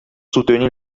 soutenir